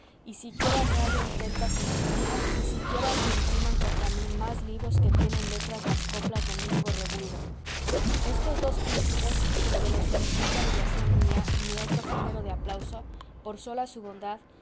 y siquiera no haya emprentas en el mundo y siquiera se impriman contra mí más libros que tienen letras las coplas de mingo revulgo estos dos príncipes sin que los solicite adulación mía ni otro género de aplauso por sola su bondad